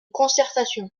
concertation